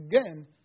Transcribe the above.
again